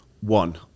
One